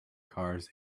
cars